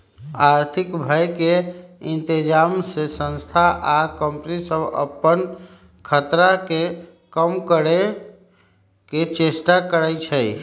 आर्थिक भय के इतजाम से संस्था आ कंपनि सभ अप्पन खतरा के कम करए के चेष्टा करै छै